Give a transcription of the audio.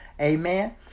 Amen